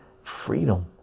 Freedom